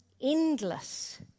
endless